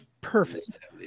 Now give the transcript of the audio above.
Perfect